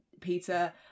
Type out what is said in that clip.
Peter